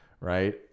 right